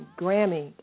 Grammy